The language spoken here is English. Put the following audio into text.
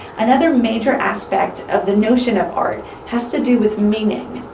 another major aspect of the notion of art has to do with meaning.